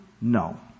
No